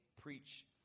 preach